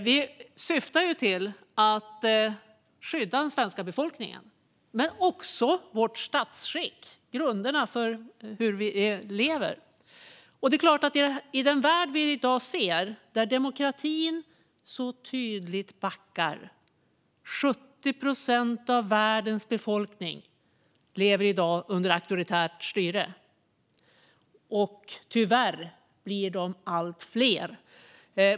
Vårt syfte är att skydda såväl den svenska befolkningen som Sveriges statsskick och grunderna för hur människor lever. I den värld vi i dag ser är det tydligt att demokratin backar - 70 procent av världens befolkning lever i dag under auktoritärt styre, och tyvärr blir den siffran allt högre.